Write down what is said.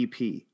EP